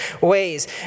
ways